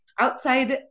outside